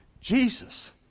Jesus